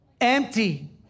empty